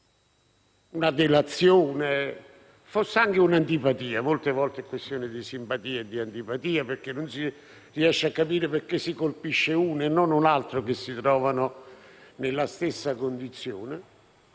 una delazione, fosse anche un'antipatia - molte volte è questione di simpatia e di antipatia, perché non si riesce a capire come mai si colpisca uno e non un altro che pure si trova nella stessa condizione